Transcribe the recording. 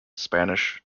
spanish